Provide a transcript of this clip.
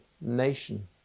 nation